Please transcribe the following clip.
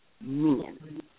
men